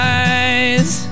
eyes